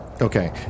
Okay